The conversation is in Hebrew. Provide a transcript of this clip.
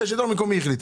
כי השלטון המקומי החליט.